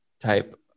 type